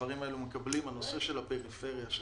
הנושא של הפריפריה,